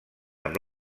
amb